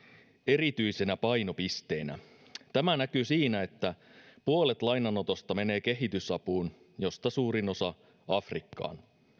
erityisenä painopisteenä tämä näkyy siinä että puolet lainanotosta menee kehitysapuun josta suurin osa menee afrikkaan